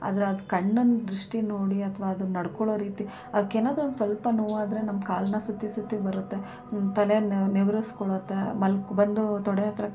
ಅದರ ಅದು ಕಣ್ಣಿನ ದೃಷ್ಟಿ ನೋಡಿ ಅಥ್ವಾ ಅದು ನಡ್ಕೊಳ್ಳೋ ರೀತಿ ಅವ್ಕೆನಾದರೂ ಒಂದು ಸ್ವಲ್ಪ ನೋವಾದರೆ ನಮ್ಮ ಕಾಲನ್ನ ಸುತ್ತಿ ಸುತ್ತಿ ಬರುತ್ತೆ ತಲೆ ನೇವರಿಸ್ಕೊಳುತ್ತೆ ಮಲ್ ಬಂದು ತೊಡೆ ಹತ್ತಿರ